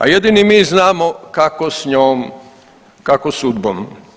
A jedini mi znamo kako s njom, kako s UDBOM.